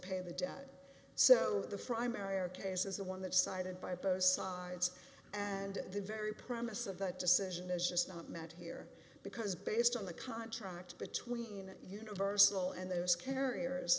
pay the debt so the fry mare case is the one that decided by both sides and the very premise of that decision is just not met here because based on the contract between universal and those carriers